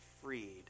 freed